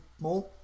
more